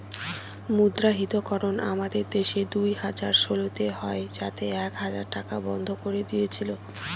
মুদ্রাহিতকরণ আমাদের দেশে দুই হাজার ষোলোতে হয় যাতে এক হাজার টাকা বন্ধ করে দিয়েছিল